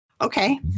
Okay